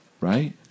right